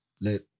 Let